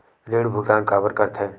ऋण भुक्तान काबर कर थे?